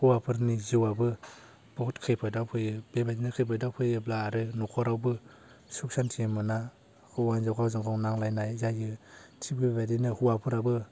हौवाफोरनि जिउआबो बहुथ खैफोदाव फैयो बेबायदिनो खैफोदाव फैयोब्ला आरो नखरावबो सुख सान्थि मोना हौवा हिनजाव गावजों गाव नांलायनाय जायो थिग बेबायदिनो हौवाफोराबो